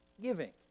giving